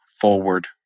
forward